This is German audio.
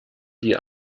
die